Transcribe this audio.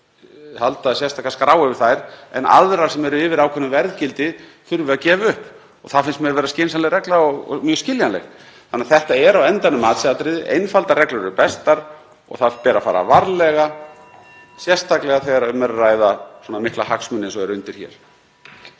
að halda sérstaka skrá yfir þær en aðrar sem eru yfir ákveðnu verðgildi þurfi að gefa upp. Það finnst mér vera skynsamleg regla og mjög skiljanleg. Þannig að þetta er á endanum matsatriði. Einfaldar reglur eru bestar og það ber að fara varlega, sérstaklega þegar um er að ræða svona mikla hagsmuni eins og eru undir hér.